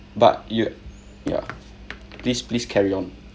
but you ya please please carry on